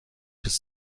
bis